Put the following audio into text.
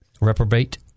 reprobate